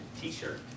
t-shirt